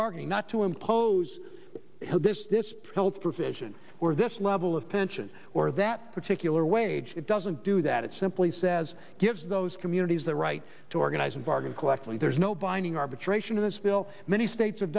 bargaining not to impose this health provision where this level of pension or that particular wage doesn't do that it simply says gives those communities the right to organize and bargain collectively there's no binding arbitration in this bill many states have